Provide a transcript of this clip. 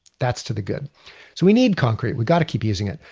that's to the good so we need concrete. we got to keep using it.